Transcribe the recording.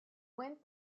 went